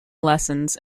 lessons